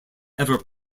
ever